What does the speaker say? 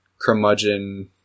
curmudgeon